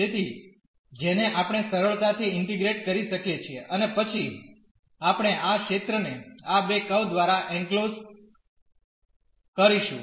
તેથી જેને આપણે સરળતાથી ઇન્ટીગ્રેટ કરી શકીએ છીએ અને પછી આપણે આ ક્ષેત્રને આ બે કર્વ દ્વારા એનક્લોઝડ કરીશું